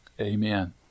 Amen